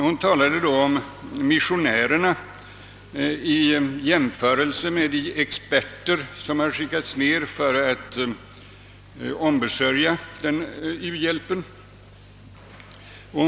Hon jämförde missionärerna med de experter som har skickats ut för att sköta u-hjälpsarbetet.